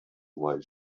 while